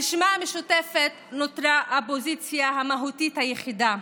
הרשימה המשותפת נותרה האופוזיציה המהותית היחידה,